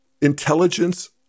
intelligence